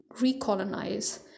recolonize